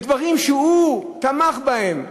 בדברים שהוא תמך בהם.